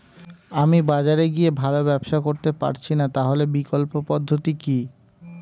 আমি বাজারে গিয়ে ভালো ব্যবসা করতে পারছি না তাহলে বিকল্প পদ্ধতি কি?